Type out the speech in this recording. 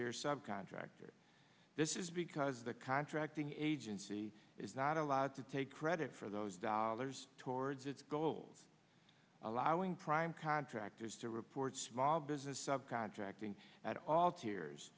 year sub contractor this is because the contracting agency is not allowed to take credit for those dollars towards its goals allowing prime contractors to report small business of contracting at all tiers